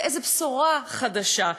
איזו בשורה חדשה.